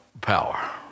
power